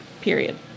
period